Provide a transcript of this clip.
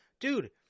dude